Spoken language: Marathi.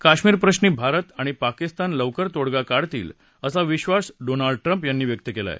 कश्मीरप्रश्री भारत आणि पाकिस्तान लवकरच तोडगा काढतील असा विधास डोनाल्ड ट्रंप यांनी व्यक्त केलाय